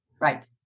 Right